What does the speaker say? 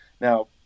Now